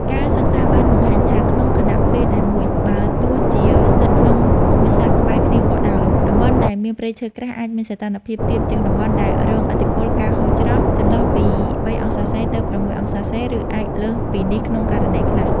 ការសិក្សាបានបង្ហាញថា ក្នុងខណៈពេលតែមួយ បើទោះជាស្ថិតក្នុងភូមិសាស្ត្រក្បែរគ្នាក៏ដោយ តំបន់ដែលមានព្រៃឈើក្រាស់អាចមានសីតុណ្ហភាពទាបជាងតំបន់ដែលរងឥទ្ធិពល ការហូរច្រោះ ចន្លោះពី ៣°C ទៅ ៦°C ឬអាចលើសពីនេះក្នុងករណីខ្លះ។